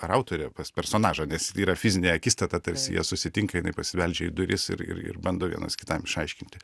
ar autorė pas personažą nes yra fizinė akistata tarsi jie susitinka jinai pasibeldžia į duris ir ir ir bando vienas kitam išaiškinti